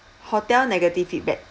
hotel negative feedback